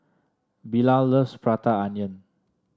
Bilal loves Prata Onion